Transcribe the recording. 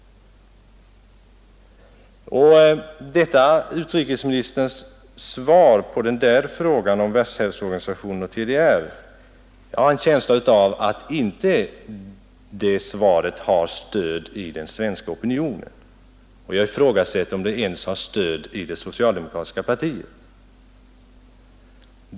Jag har en känsla av att utrikesministerns svar på denna fråga inte har stöd i den svenska opinionen, och jag ifrågasätter om det ens har stöd i det socialdemokratiska partiet.